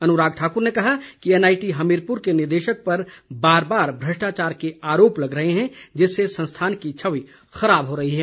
अनुराग ठाकुर ने कहा कि एनआईटी हमीरपुर के निदेशक पर बार बार भ्रष्टाचार के आरोप लग रहे हैं जिससे संस्थान की छवि खराब हो रही है